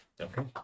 Okay